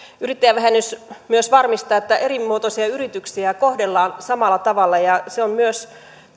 yrittäjävähennys myös varmistaa että erimuotoisia yrityksiä kohdellaan samalla tavalla ja se on myös